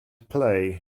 play